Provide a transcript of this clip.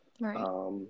Right